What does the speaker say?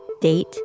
date